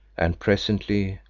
and presently,